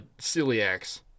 celiacs